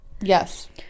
Yes